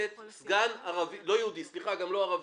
לתת סגן לא יהודי גם לא ערבי,